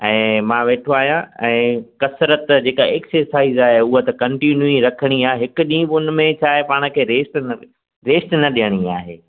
ऐं मां वेठो आहियां ऐं कसरत जेका एक्सेसाईज आहे उहा त कंटीन्यू ई रखिणी आहे हिक ॾींहं बि उन में छा आहे पाण खे रेस न रेस्ट न ॾियणी आहे